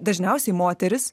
dažniausiai moteris